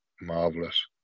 Marvelous